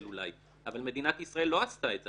אולי אבל מדינת ישראל לא עשתה את זה.